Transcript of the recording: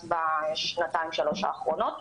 בשנתיים-שלוש האחרונות.